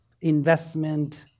investment